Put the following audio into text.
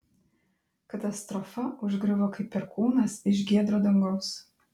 katastrofa užgriuvo kaip perkūnas iš giedro dangaus